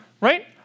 right